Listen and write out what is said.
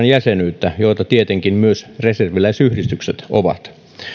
jäsenyyttä ampumaseurassa joita tietenkin myös reserviläisyhdistykset ovat